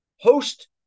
host